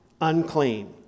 unclean